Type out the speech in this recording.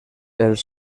els